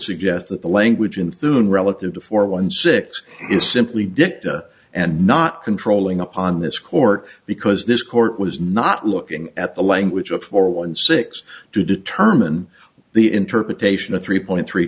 suggest that the language in through my relative to four one six is simply dicta and not controlling upon this court because this court was not looking at the language of four one six to determine the interpretation of three point three